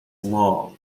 long